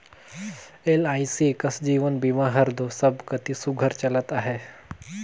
LIC कस जीवन बीमा हर दो सब कती सुग्घर चलत अहे